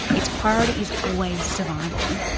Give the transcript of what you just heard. itspriority is always survival.